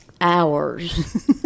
hours